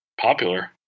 popular